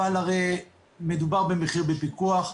אבל הרי מדובר במחיר בפיקוח,